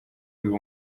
biba